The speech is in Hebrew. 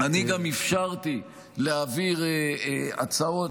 אני גם אפשרתי להעביר הצעות,